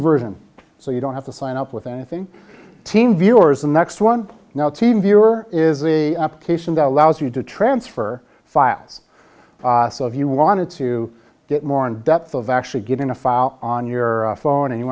version so you don't have to sign up with anything teen viewers the next one now team viewer is the application that allows you to transfer five so if you wanted to get more in depth of actually getting a file on your phone and you